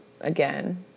again